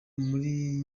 muri